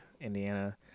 Indiana